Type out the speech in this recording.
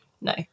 No